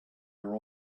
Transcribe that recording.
your